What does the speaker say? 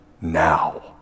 now